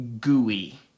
gooey